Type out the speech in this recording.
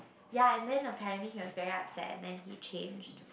ya and then apparently he was very upset then he changed